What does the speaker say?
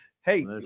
hey